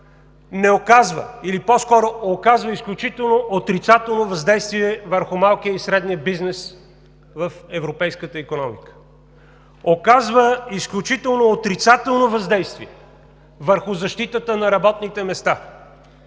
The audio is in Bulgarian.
не оказва или по-скоро оказва изключително отрицателно въздействие върху малкия и средния бизнес в европейската икономика, оказва изключително отрицателно въздействие върху защитата на работните места,